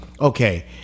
okay